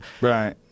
Right